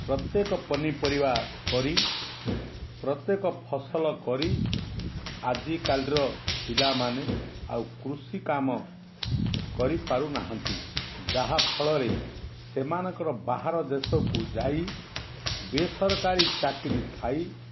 ପ୍ରତ୍ୟେକ ପନିପରିବା କରି ପ୍ରତ୍ୟେକ ଫସଲ କରି ଆଜିକାଲିର ପିଲାମାନେ ଆଉ କୃଷି କାମ କରିପାରୁନାହାନ୍ତି ଯାହାଫଳରେ ସେମାନଙ୍କର ବାହାର ଦେଶକୁ ଯାଇ ବେସରକାରୀ ଚାକିରୀ ଥାଇ